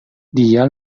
dia